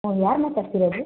ಹಾಂ ಯಾರು ಮಾತಾಡ್ತಿರೋದು